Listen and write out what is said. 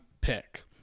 pick